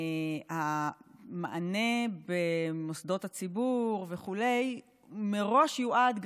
המענה במוסדות הציבור וכו' מראש יועד,